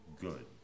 good